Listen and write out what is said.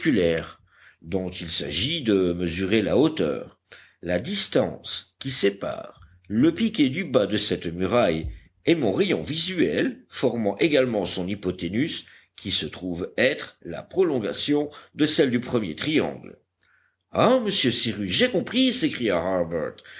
dont il s'agit de mesurer la hauteur la distance qui sépare le piquet du bas de cette muraille et mon rayon visuel formant également son hypoténuse qui se trouve être la prolongation de celle du premier triangle ah monsieur cyrus j'ai compris s'écria harbert